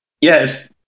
Yes